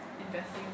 investing